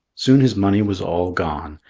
soon his money was all gone.